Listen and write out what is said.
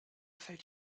fällt